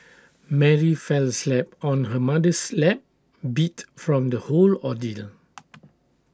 Mary fell asleep on her mother's lap beat from the whole ordeal